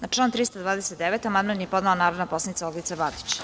Na član 329. amandman je podnela narodna poslanica Olgica Batić.